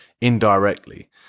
indirectly